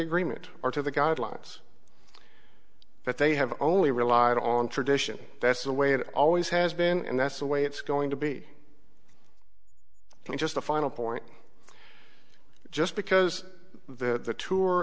agreement or to the guidelines that they have only relied on tradition that's the way it always has been and that's the way it's going to be just a final point just because the t